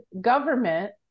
government